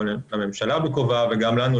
גם לממשלה וגם לנו,